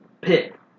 pick